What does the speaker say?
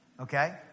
Okay